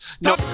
No